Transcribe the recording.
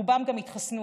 רובם גם התחסנו,